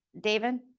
David